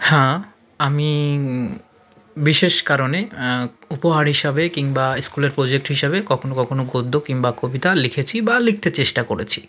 হ্যাঁ আমি বিশেষ কারণে উপহার হিসাবে কিংবা স্কুলের প্রজেক্ট হিসাবে কখনো কখনো গদ্য কিংবা কবিতা লিখেছি বা লিখতে চেষ্টা করেছি